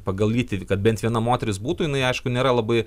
pagal lytį kad bent viena moteris būtų jinai aišku nėra labai